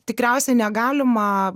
tikriausiai negalima